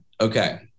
Okay